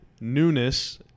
newness